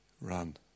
run